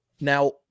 now